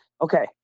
okay